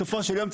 בסופו של יום,